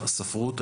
הספרות,